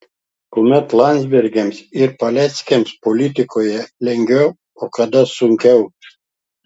kuomet landsbergiams ir paleckiams politikoje lengviau o kada sunkiau